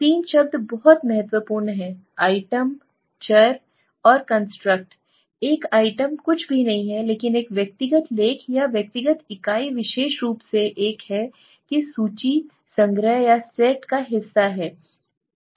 3 शब्द बहुत महत्वपूर्ण हैं आइटम चर कंस्ट्रक्ट एक आइटम कुछ भी नहीं है लेकिन एक व्यक्तिगत लेख या व्यक्तिगत इकाई विशेष रूप से एक है कि सूची संग्रह या सेट का हिस्सा है